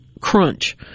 crunch